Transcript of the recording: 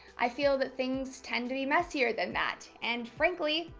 i feel that things tend to be messier than that and frankly,